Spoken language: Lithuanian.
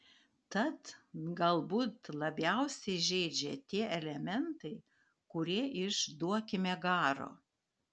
tad galbūt labiausiai žeidžia tie elementai kurie iš duokime garo